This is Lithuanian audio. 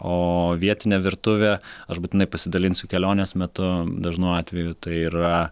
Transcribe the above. o vietine virtuve aš būtinai pasidalinsiu kelionės metu dažnu atveju tai yra